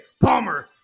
Palmer